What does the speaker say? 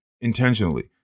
intentionally